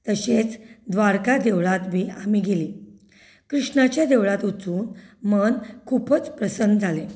तशेंच द्वारका देवळांच बी आमी गेलीं कृष्णाच्या देवळांत वचून मन खूब प्रसन्न जालें